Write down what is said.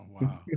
wow